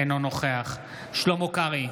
אינו נוכח שלמה קרעי,